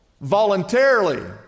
voluntarily